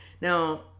Now